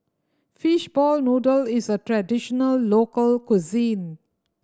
fishball noodle is a traditional local cuisine